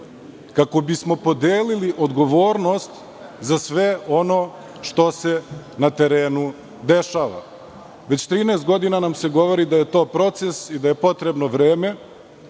kako bismo podelili odgovornost za sve ono što se na terenu dešava. Već 13 godina nam se govori da je to proces i da je potrebno vreme